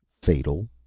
fatal?